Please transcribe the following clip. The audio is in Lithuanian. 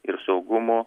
ir saugumu